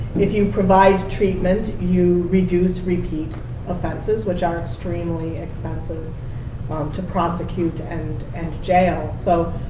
if you provide treatment, you reduce repeat offenses which are extremely expensive um to prosecute and and jail. so